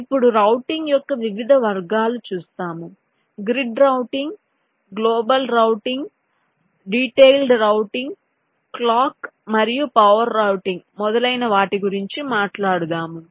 ఇప్పుడు రౌటింగ్ యొక్క వివిధ వర్గాలు చూస్తాము grid routing global routing detailed routing clock మరియు పవర్ రౌటింగ్ మొదలైన వాటి గురించి మాట్లాడుదాము